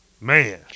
Man